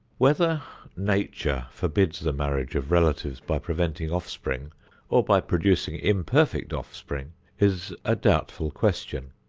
whether nature forbids the marriage of relatives by preventing offspring or by producing imperfect offspring is a doubtful question.